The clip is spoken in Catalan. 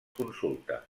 consulta